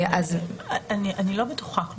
אני לא בטוחה.